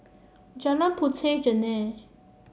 Jalan Puteh Jerneh